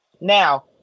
now